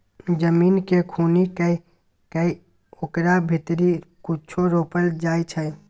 जमीन केँ खुनि कए कय ओकरा भीतरी कुछो रोपल जाइ छै